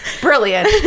Brilliant